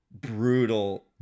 brutal